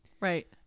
Right